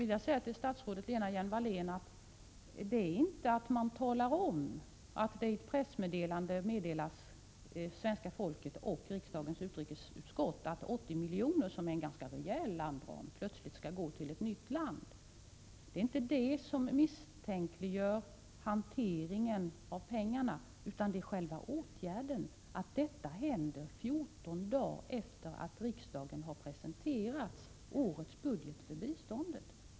Till statsrådet Lena Hjelm-Wallén vill jag säga att vad som misstänkliggör hanteringen av pengarna inte är att man talar om att svenska folket och riksdagens utrikesutskott i ett pressmeddelande underrättas om att 80 milj.kr., som är en ganska rejäl landram., plötsligt skall gå till ett nytt land. Vad som misstänkliggör hanteringen är själva åtgärden — att detta händer 14 dagar efter det att riksdagen har presenterat årets budget för biståndet.